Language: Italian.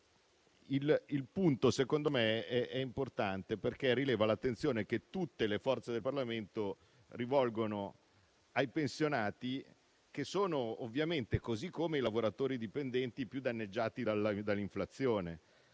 il punto secondo me è importante, perché rileva l'attenzione che tutte le forze del Parlamento rivolgono ai pensionati, che sono ovviamente, così come i lavoratori dipendenti, i più danneggiati dall'inflazione.